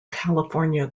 california